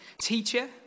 Teacher